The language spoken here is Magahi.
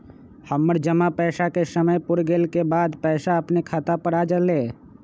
हमर जमा पैसा के समय पुर गेल के बाद पैसा अपने खाता पर आ जाले?